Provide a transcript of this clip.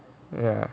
ya